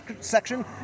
section